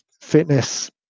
fitness